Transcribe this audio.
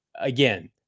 again